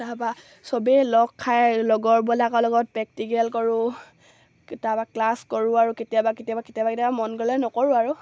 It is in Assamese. তাৰপৰা সবেই লগ খাই লগৰবিলাকৰ লগত প্ৰেক্টিকেল কৰোঁ তাৰপৰা ক্লাছ কৰোঁ আৰু কেতিয়াবা কেতিয়াবা কেতিয়াবা কেতিয়াবা মন গ'লে নকৰোঁ আৰু